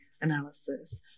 analysis